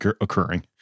occurring